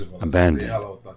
abandoned